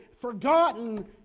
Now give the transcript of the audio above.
forgotten